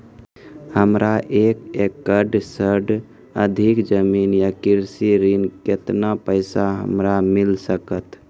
हमरा एक एकरऽ सऽ अधिक जमीन या कृषि ऋण केतना पैसा हमरा मिल सकत?